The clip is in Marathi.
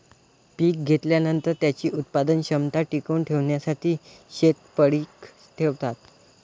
पीक घेतल्यानंतर, त्याची उत्पादन क्षमता टिकवून ठेवण्यासाठी शेत पडीक ठेवतात